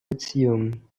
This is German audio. beziehungen